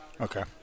Okay